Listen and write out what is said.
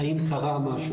האם קרה משהו.